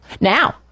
Now